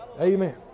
Amen